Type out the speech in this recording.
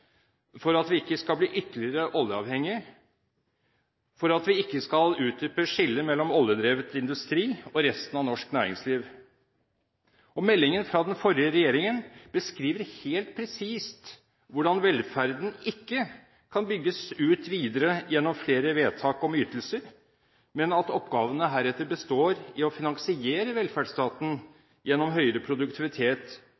for at vi ikke skal bli ytterligere oljeavhengig, og for at vi ikke skal utdype skillet mellom oljedrevet industri og resten av norsk næringsliv. Meldingen fra den forrige regjeringen beskriver helt presist hvordan velferden ikke kan bygges ut videre gjennom flere vedtak om ytelser, men at oppgavene heretter består i å finansiere